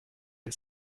les